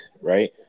right